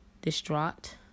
distraught